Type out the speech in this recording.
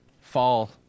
fall